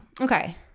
Okay